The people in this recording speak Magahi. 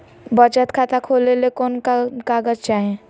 बचत खाता खोले ले कोन कोन कागज चाही?